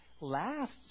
last